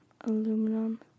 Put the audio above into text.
aluminum